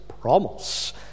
promise